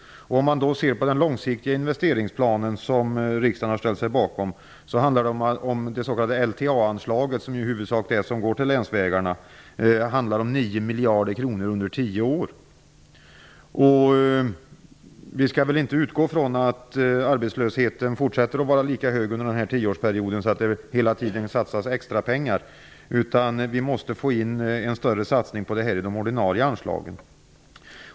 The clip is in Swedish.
Om man ser till den långsiktiga investeringsplan som riksdagen har ställt sig bakom, är det s.k. LTA-anslaget, som huvudsakligen går till länsvägarna, 9 miljarder kronor under 10 år. Vi skall väl inte utgå från att arbetslösheten fortsätter att vara lika hög under denna tioårsperiod, så att det hela tiden satsas extrapengar. Vi måste få en större satsning på detta i de ordinarie anslagen.